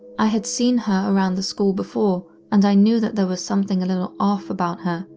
i had seen her around the school before, and i knew that there was something a little off about her,